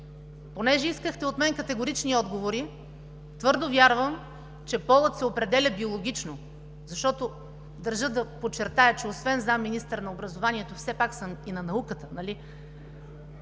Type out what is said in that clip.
Понеже искахте от мен категорични отговори – твърдо вярвам, че полът се определя биологично. Защото, държа да подчертая, че освен заместник-министър на образованието все пак съм и на науката,